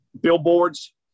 billboards